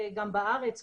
גם בארץ,